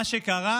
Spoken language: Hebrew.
מה שקרה